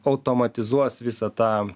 automatizuos visą tą